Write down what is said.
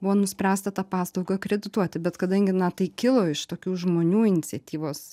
buvo nuspręsta tą paslaugą akredituoti bet kadangi na tai kilo iš tokių žmonių iniciatyvos